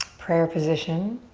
prayer position.